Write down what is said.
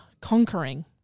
conquering